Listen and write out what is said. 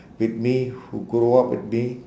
with me who grow up with me